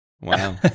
Wow